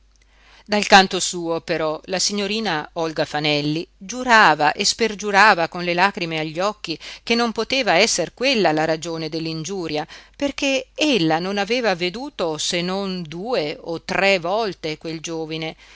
dal canto suo però la signorina olga fanelli giurava e spergiurava con le lagrime agli occhi che non poteva esser quella la ragione dell'ingiuria perché ella non aveva veduto se non due o tre volte quel giovine